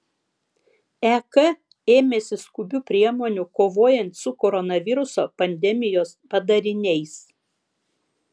ek ėmėsi skubių priemonių kovojant su koronaviruso pandemijos padariniais